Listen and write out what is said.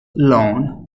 lawn